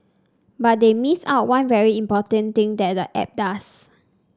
but they missed out one very important thing that the app does